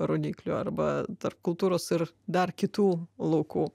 rodyklių arba tarp kultūros ir dar kitų laukų